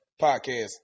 podcast